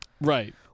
Right